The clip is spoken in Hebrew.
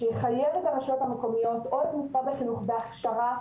שיחייב את הרשויות המקומיות או את משרד החינוך בהכשרה,